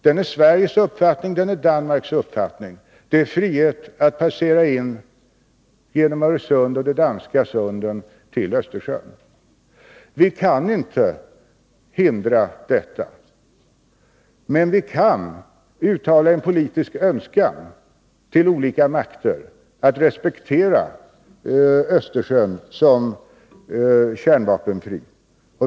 Det är Sveriges uppfattning, det är Danmarks uppfattning. Det finns frihet att passera genom Öresund och de danska sunden till Östersjön. Vi kan inte hindra detta, men vi kan uttala en politisk önskan till olika makter att respektera Östersjön som kärnvapenfri.